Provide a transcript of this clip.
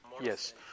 Yes